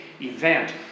event